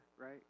right